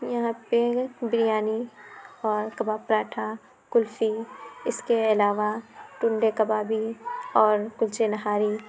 یہاں پہ بریانی اور کباب پراٹھا کُلفی اِس کے علاوہ ٹنڈے کبابی اور کُلچے نہاری